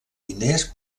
diners